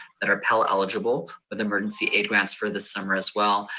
that are pell eligible, with emergency aid grants for the summer as well.